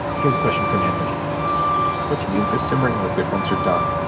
here's a question from anthony what do you do with the simmering liquid, once they're done?